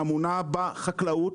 האמונה בחקלאות,